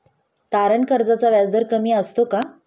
तारण कर्जाचा व्याजदर कमी असतो का?